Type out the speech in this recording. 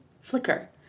flicker